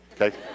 okay